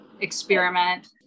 experiment